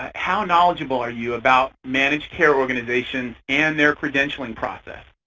how knowledgeable are you about managed care organizations and their credentialing process?